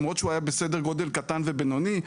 למרות שהוא היה בסדר גודל קטן ובינוני,